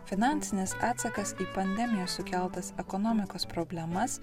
finansinis atsakas į pandemijos sukeltas ekonomikos problemas